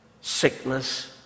sickness